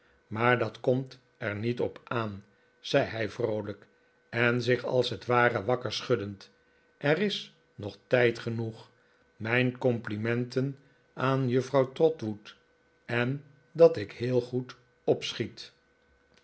maar dat komt er niet op aan zei hij vroolijk en zich als het ware wakker schuddend er is nog tijd genoeg mijn complimenten aan juffrouw trotwood en dat ik heel goed opschiet